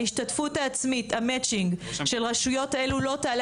ההשתתפות העצמית המאצ'ינג של רשויות אלה לא תעלה